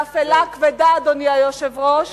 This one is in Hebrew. ואפלה כבדה, אדוני היושב-ראש,